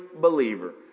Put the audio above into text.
believer